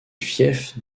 fief